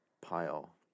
pile